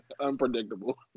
unpredictable